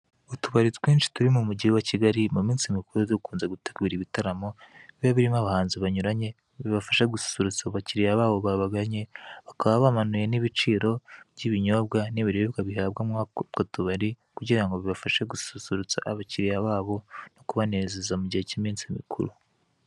Utubari twinshi turi mu mujyi wa Kigali, mu minsi mikuru dukunze gutegura ibitaramo, biba birimo abahanzi banyuranye bibafasha gususurutsa abakiriya babo babaganye, bakaba bamanuye n'ibiciro by'ibinyobwa n'ibiribwa bihabwa utwo tubari kugira bibafashe gususurutsa abakiriya babo no kubanezeza mu gihe cy'iminsi mikuru.